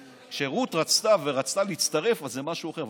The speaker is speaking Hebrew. כשרות רצתה להצטרף אז זה משהו אחר.